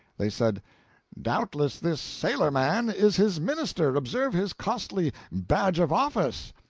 they said doubtless this sailor-man is his minister observe his costly badge of office!